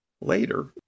later